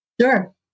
Sure